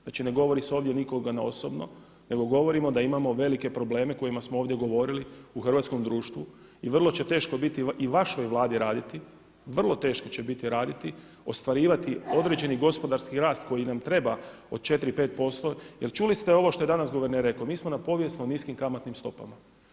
Znači ne govori se ovdje o nikome naosobno nego govorimo da imamo velike probleme o kojima smo ovdje govorili u hrvatskom društvu i vrlo će teško biti i vašoj Vladi raditi, vrlo teško će biti raditi, ostvarivati određeni gospodarski rast koji nam treba od 4, 5% jer čuli ste ovo što je danas guverner rekao, mi smo na povijesno niskim kamatnim stopama.